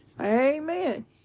Amen